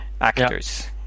actors